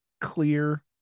clear